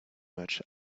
much